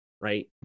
right